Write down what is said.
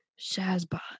Shazbot